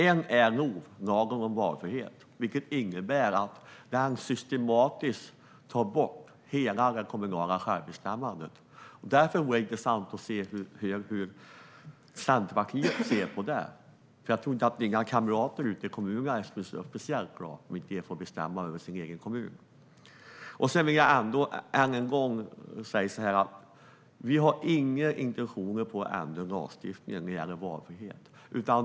En är LOV, lagen om valfrihetssystem, vilket innebär att den systematiskt tar bort hela det kommunala självbestämmandet. Därför vore det intressant att höra hur Centerpartiet ser på den frågan. Jag tror inte att dina kamrater i kommunerna är speciellt glada om de inte får bestämma över sina egna kommuner. Jag säger än en gång att vi har inga intentioner att ändra lagstiftningen när det gäller valfrihet.